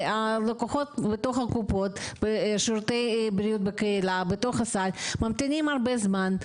ולקוחות הקופות ושירותי הבריאות בקהילה בתוך הסל ממתינים הרבה זמן,